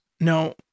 No